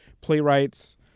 playwrights